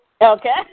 Okay